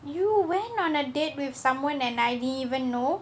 you went on a date with someone and I didn't even know